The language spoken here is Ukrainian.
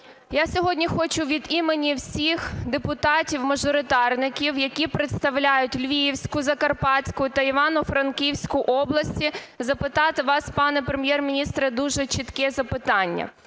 Я сьогодні хочу від імені всіх депутатів-мажоритарників, які представляють Львівську, Закарпатську та Івано-Франківську області, запитати вас, пане Прем'єр-міністр, дуже чітке запитання.